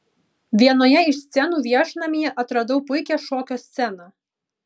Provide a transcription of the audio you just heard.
vienoje iš scenų viešnamyje atradau puikią šokio sceną